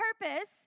purpose